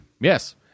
Yes